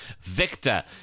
Victor